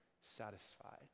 satisfied